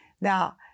Now